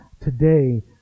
today